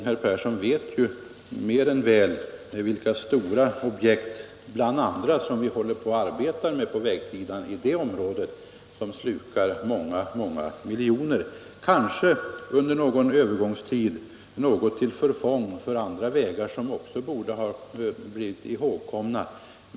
Herr Persson i Heden vet mer än väl vilka stora objekt som man arbetar med där och som slukar många miljoner — kanske under en övergångstid något till förfång för andra vägar som också borde ha blivit ihågkomna.